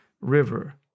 river